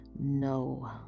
No